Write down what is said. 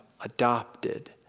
Adopted